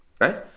Right